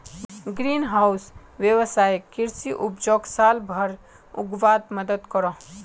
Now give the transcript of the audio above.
green house वैवसायिक कृषि उपजोक साल भर उग्वात मदद करोह